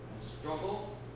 struggle